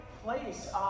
Place